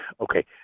Okay